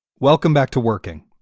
welcome back to working.